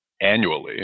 annually